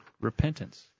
repentance